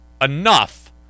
enough